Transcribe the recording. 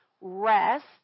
rest